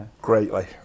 greatly